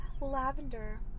Lavender